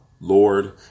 Lord